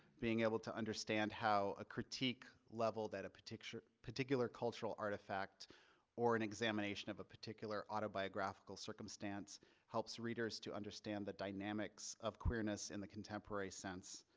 being able to understand how a critique level that a particular particular cultural artifact or an examination of a particular autobiographical circumstance helps readers to understand the dynamics of queerness in the contemporary sense,